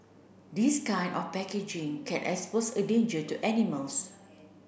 this kind of packaging can expose a danger to animals